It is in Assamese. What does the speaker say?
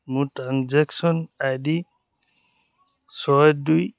মোৰ ট্ৰেনজেকশ্যন আইডি ছয় দুই